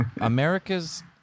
America's